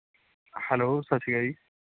hello ਸਤਿ ਸ਼੍ਰੀ ਅਕਾਲ ਜੀ